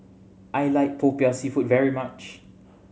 I like Popiah Seafood very much